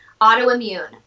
autoimmune